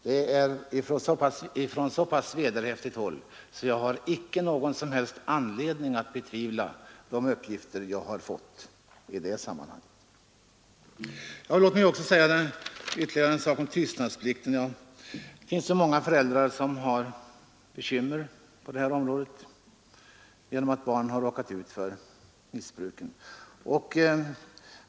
Det har sagts från så pass vederhäftigt håll att jag icke har någon som helst anledning att betvivla de uppgifter jag har fått. Det finns så många föräldrar som har bekymmer därför att barnen har råkat hamna i missbruk av olika slag.